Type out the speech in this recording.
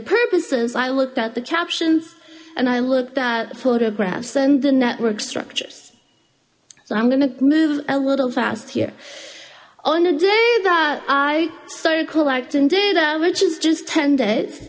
purposes i looked at the captions and i looked at photographs and the network structures so i'm gonna move a little fast here on the day that i started collecting data which is just ten days